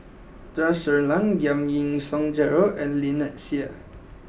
Tun Sri Lanang Giam Yean Song Gerald and Lynnette Seah